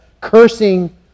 cursing